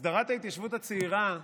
הסדרת ההתיישבות הצעירה,